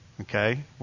Okay